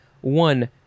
One